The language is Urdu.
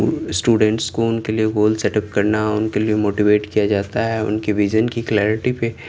اسٹوڈینٹس کو ان کے لیے گول سیٹ اپ کرنا ان کے لیے موٹیویٹ کیا جاتا ہے ان کے ویزن کی کلیئرٹی پہ